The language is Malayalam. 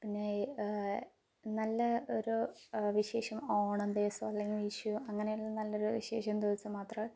പിന്നെ നല്ല ഒരു വിശേഷം ഓണം ഡേയ്സ് അല്ലെങ്കിൽ വിഷു അങ്ങനെ നല്ലൊരു വിശേഷം ദിവസം മാത്രമേ